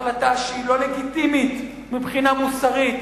החלטה שהיא לא לגיטימית מבחינה מוסרית,